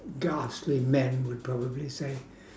ghastly men would probably say